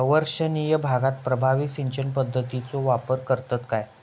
अवर्षणिय भागात प्रभावी सिंचन पद्धतीचो वापर करतत काय?